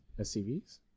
SCVs